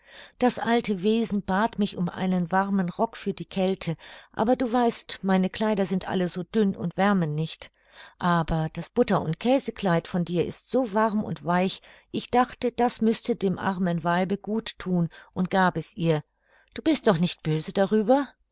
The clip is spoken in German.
das alte wesen bat mich um einen warmen rock für die kälte aber du weißt meine kleider sind alle so dünn und wärmen nicht aber das butter und käsekleid von dir ist so warm und weich ich dachte das müßte dem armen weibe gut thun und gab es ihr du bist doch nicht böse darüber